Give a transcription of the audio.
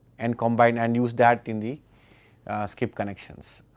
and combine and use that in the skip connections,